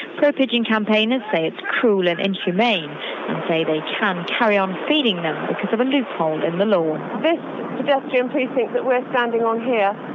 pro-pigeon campaigners say it's cruel and inhumane, and say they can carry on feeding them because of a loophole in the law. this pedestrian precinct that we're standing on here,